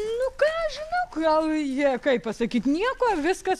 nu ką žinau gal jie kaip pasakyti nieko viskas